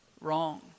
wrong